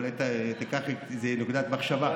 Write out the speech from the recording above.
אולי תיקח מזה נקודת מחשבה.